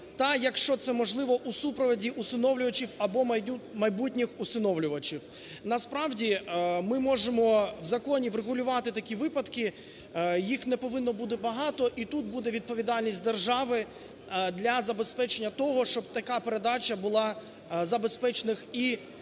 та якщо це можливо у супроводі усиновлювачів або майбутніх усиновлювачів. Насправді ми можемо в законі врегулювати такі випадки, їх не повинно бути багато. І тут буде відповідальність держави для забезпечення того, щоб така передача була за безпечних і належних